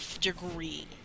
degree